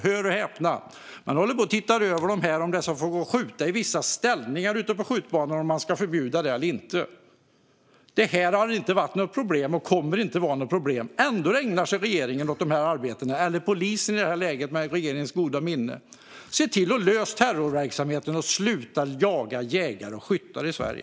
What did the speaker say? Hör och häpna! Man tittar på om det ska förbjudas eller inte att skjuta i vissa ställningar ute på skjutbanor. Detta har inte varit något problem och kommer inte att vara något problem. Ändå ägnar sig regeringen eller polisen, med regeringens goda minne, åt detta arbete. Se till att komma till rätta med terrorverksamheten och sluta att jaga jägare och skyttar i Sverige!